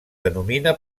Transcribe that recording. denomina